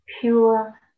Pure